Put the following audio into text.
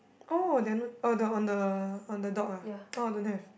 oh they are on the on the on the dog ah oh don't have